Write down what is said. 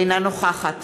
אינה נוכחת